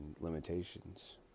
limitations